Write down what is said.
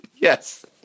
Yes